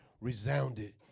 resounded